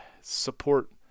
support